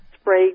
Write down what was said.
spray